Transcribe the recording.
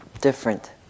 different